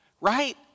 right